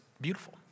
beautiful